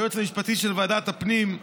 היועץ המשפטי של ועדת הפנים,